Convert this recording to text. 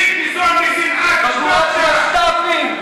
מסית, שנאה, חבורה של משת"פים.